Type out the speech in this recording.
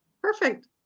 Perfect